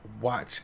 watch